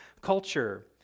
culture